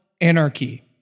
anarchy